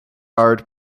barred